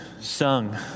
sung